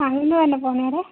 ആ ഇന്ന് തന്നെ പോന്നേരെ